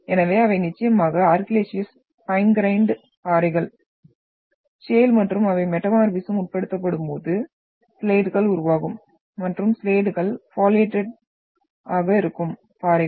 எனவே அவை நிச்சயமாக ஆர்கில்லேசியஸ் பைன் க்ரையின்ட் பாறைகள் ஷேல் மற்றும் அவை மெட்டமார்பிஸ்ம் உட்படுத்தப்படும்போது ஸ்லேட்டுகள் உருவாகும் மற்றும் ஸ்லேட்டுகள் பாலியேடட் ஆக இருக்கும் பாறைகள்